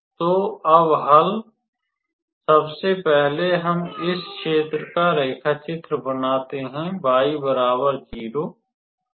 तो अब हल सबसे पहले हम इस क्षेत्र का रेखाचित्र बनाते हैं y 0 x 0